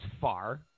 far